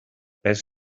pes